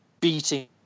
beating